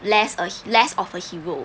less uh less of a hero